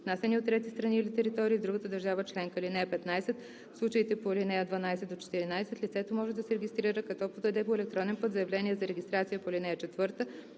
внасяни от трети страни или територии, в другата държава членка. (15) В случаите по ал. 12 – 14 лицето може да се регистрира, като подаде по електронен път заявление за регистрация по ал. 4,